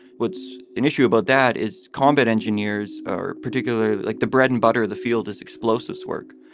what's an issue about that is combat engineers are particularly like the bread and butter of the field as explosives work.